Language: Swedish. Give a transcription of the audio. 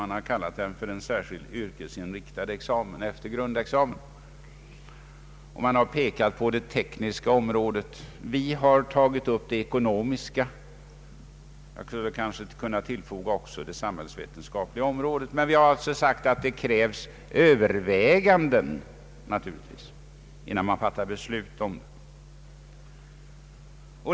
Man har kallat den en särskilt yrkesinriktad examen efter grundexamen, och man har pekat på det tekniska området. Vi har tagit upp det ekonomiska området, och jag skulle kanske kunna tillfoga det samhällsvetenskapliga området. Men vi har också framhållit att det naturligtvis krävs överväganden innan man fattar beslut om dem.